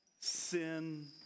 sin